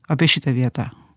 apie šitą vietą